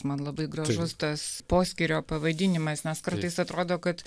man labai gražus tas poskyrio pavadinimas nes kartais atrodo kad